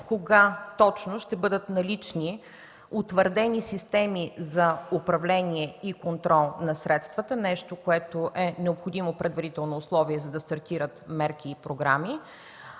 кога точно ще бъдат налични утвърдени системи за управление и контрол на средствата, което е необходимо предварително условие, за да стартират мерки и програми.